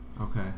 Okay